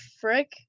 frick